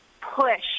push